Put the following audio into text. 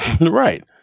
right